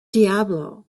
diablo